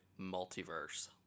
multiverse